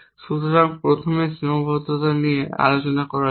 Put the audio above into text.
সুতরাং প্রথমে সীমাবদ্ধতা নিয়ে আলোচনা করা যাক